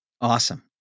Awesome